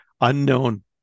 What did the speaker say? Unknown